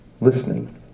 listening